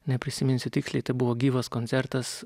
neprisiminsiu tiksliai tai buvo gyvas koncertas